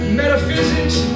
metaphysics